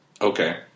okay